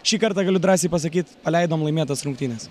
šį kartą galiu drąsiai pasakyt paleidom laimėtas rungtynes